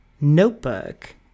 notebook